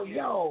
yo